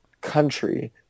country